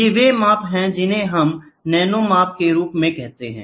ये वे माप हैं जिन्हें हम नैनो माप के रूप में कहते हैं